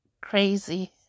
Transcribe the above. Crazy